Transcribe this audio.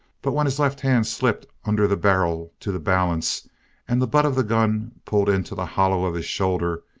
but when his left hand slipped under the barrel to the balance and the butt of the gun pulled into the hollow of his shoulder,